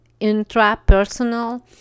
intrapersonal